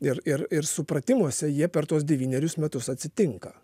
ir ir supratimuose jie per tuos devynerius metus atsitinka